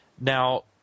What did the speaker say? Now